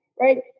right